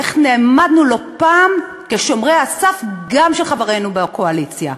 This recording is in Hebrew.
איך נעמדנו לא פעם כשומרי הסף גם של חברינו בקואליציה,